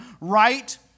right